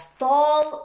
tall